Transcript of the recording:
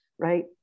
right